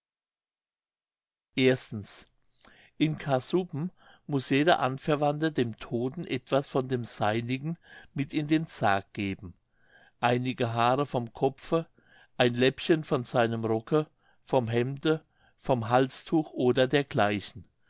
in kassuben muß jeder anverwandte dem todten etwas von dem seinigen mit in den sarg geben einige haare vom kopfe ein läppchen von seinem rocke vom hemde vom halstuch o